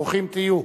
ברוכים תהיו.